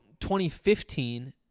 2015